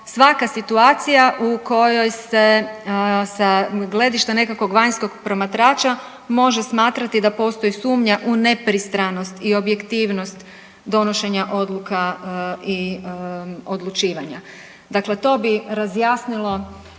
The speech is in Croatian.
svaka situacija u kojoj se sa gledišta nekakvog vanjskog promatrača može smatrati da postoji sumnja u nepristranost i objektivnost donošenja odluka i odlučivanja. Dakle, to bi razjasnilo